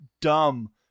dumb